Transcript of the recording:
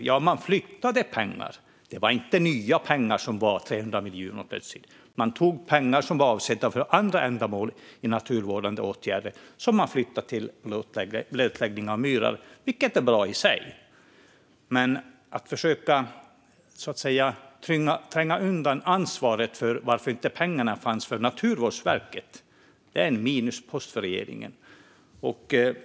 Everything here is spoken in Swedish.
Ja, man flyttade pengar - det var inte 300 miljoner i nya pengar. Man tog pengar som var avsedda för andra ändamål inom ramen för naturvårdande åtgärder och flyttade dem till blötläggning av myrar, vilket var bra i sig. Men att försöka avsäga sig ansvaret för att det inte fanns pengar för Naturvårdsverket är en minuspost för regeringen.